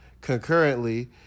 Concurrently